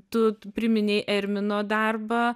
tu priminei ermino darbą